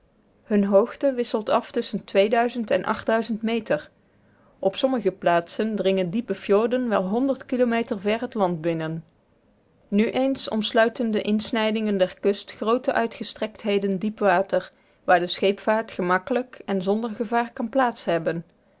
hun hoogte wisselt af tusschen en meter op sommige plaatsen dringen diepe fjorden wel kilometer ver in het land binnen nu eens omsluiten de insnijdingen der kust groote uitgestrektheden diep water waar de scheepvaart gemakkelijk en zonder gevaar kan plaats hebben